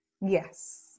Yes